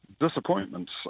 disappointments